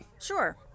Sure